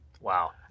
Wow